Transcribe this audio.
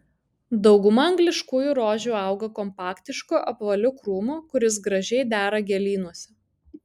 dauguma angliškųjų rožių auga kompaktišku apvaliu krūmu kuris gražiai dera gėlynuose